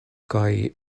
kaj